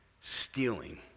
stealing